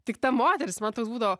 tik ta moteris man toks būdavo